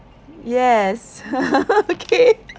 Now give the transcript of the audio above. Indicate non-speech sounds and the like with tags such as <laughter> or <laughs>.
yes <laughs> okay